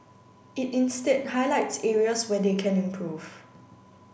it instead highlights areas where they can improve